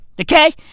Okay